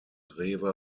rewe